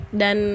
dan